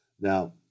Now